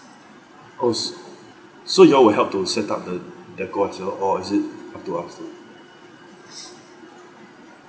oh so you all will help to set up the decor~ as well or is it up to us